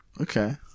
Okay